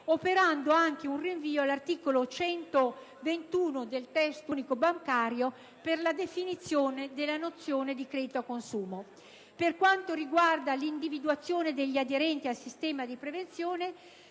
operando anche un rinvio all'articolo 121 del testo unico bancario per la definizione della nozione di credito al consumo. Per quanto riguarda l'individuazione degli aderenti al sistema di prevenzione,